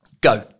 go